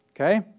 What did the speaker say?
Okay